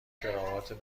کراوات